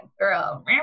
girl